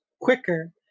quicker